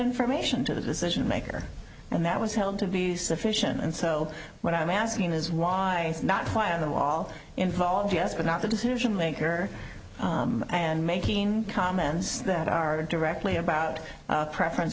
information to the decision maker and that was held to be sufficient and so what i'm asking is why not plan them all involved yes but not the decision maker and making comments that are directly about preference